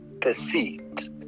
perceived